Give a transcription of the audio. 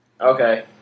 Okay